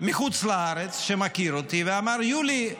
מחוץ לארץ שמכיר אותי ואמר: יולי,